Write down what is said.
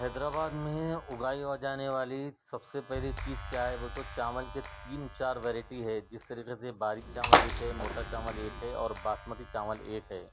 حیدرآباد میں اگائی و جانے والی سب سے پہلی چیز کیا ہے بول تو چاول کے تین چار ورائٹی ہے جس طریٖقے سے باریک چاول ایک ہے موٹا چاول ایک ہے اور باسمتی چاول ایک ہے